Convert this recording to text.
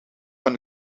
van